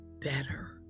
better